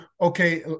okay